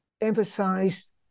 emphasize